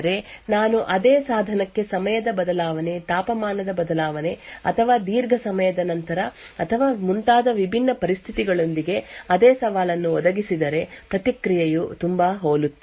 ಆದ್ದರಿಂದ ಇದರ ಅರ್ಥವೇನೆಂದರೆ ನಾನು ಅದೇ ಸಾಧನಕ್ಕೆ ಸಮಯದ ಬದಲಾವಣೆ ತಾಪಮಾನದ ಬದಲಾವಣೆ ಅಥವಾ ದೀರ್ಘ ಸಮಯದ ನಂತರ ಅಥವಾ ಮುಂತಾದ ವಿಭಿನ್ನ ಪರಿಸ್ಥಿತಿಗಳೊಂದಿಗೆ ಅದೇ ಸವಾಲನ್ನು ಒದಗಿಸಿದರೆ ಪ್ರತಿಕ್ರಿಯೆಯು ತುಂಬಾ ಹೋಲುತ್ತದೆ